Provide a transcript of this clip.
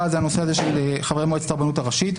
זה הנושא של חברי מועצת הרבנות הראשית,